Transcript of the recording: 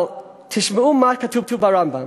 אבל תשמעו מה כתוב ברמב"ם: